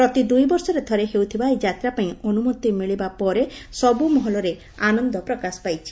ପ୍ରତି ଦୁଇ ବର୍ଷରେ ଥରେ ହେଉଥିବା ଏହି ଯାତ୍ରା ପାଇଁ ଅନୁମତି ମିଳିବା ପରେ ସବୁ ମହଲରେ ଆନନ ପ୍ରକାଶ ପାଇଛି